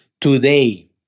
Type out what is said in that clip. today